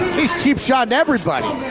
he's cheap shotting everybody,